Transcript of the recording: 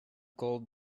gold